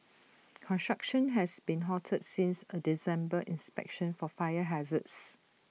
construction has been halted since A December inspection for fire hazards